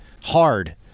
hard